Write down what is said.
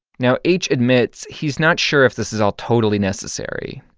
now, h admits he's not sure if this is all totally necessary,